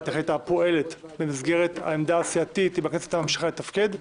איך היא הייתה פועלת במסגרת העמדה הסיעתית אם הכנסת הייתה ממשיכה לתפקד.